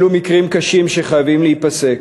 אלה מקרים קשים שחייבים להיפסק,